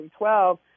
2012